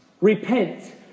repent